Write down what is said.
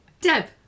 Deb